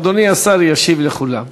אדוני השר ישיב לכולם.